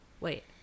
wait